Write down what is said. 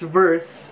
verse